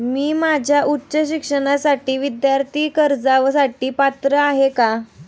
मी माझ्या उच्च शिक्षणासाठी विद्यार्थी कर्जासाठी पात्र आहे का?